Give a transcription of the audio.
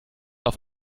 auf